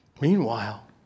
Meanwhile